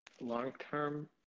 long-term